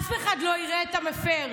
אף אחד לא יראה את המפר.